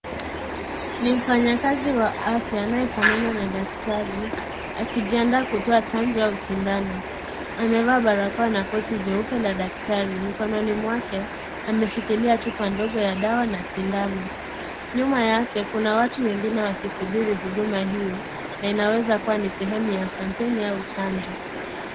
NI mfanyikazi wa afya anayefanana na daktari akijiandaa kutoa chanjo au sindano amevaa barakoa na koti jeupe la daktari, mikononi mwake ameshikilia chupa ndogo ya dawa na sindano nyuma yake kuna watu wengine wakisubiri huduma hiyo, na inaweza kuwa sehemu ya campaign au chanjo.